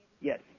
Yes